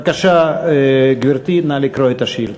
גברתי, בבקשה לקרוא את השאילתה.